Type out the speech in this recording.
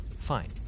fine